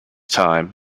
time